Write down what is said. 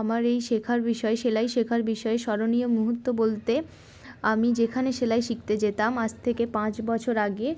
আমার এই শেখার বিষয় সেলাই শেখার বিষয়ে স্মরণীয় মুহূর্ত বলতে আমি যেখানে সেলাই শিখতে যেতাম আজ থেকে পাঁচ বছর আগে